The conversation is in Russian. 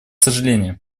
сожаление